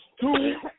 two